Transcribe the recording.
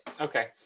Okay